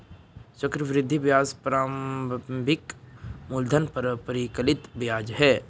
चक्रवृद्धि ब्याज प्रारंभिक मूलधन पर परिकलित ब्याज है